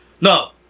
No